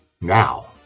Now